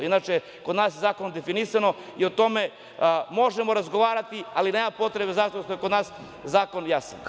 Inače, kod nas je zakonom definisano i tome možemo razgovarati, ali nema potrebe, zato što je kod nas zakon jasan.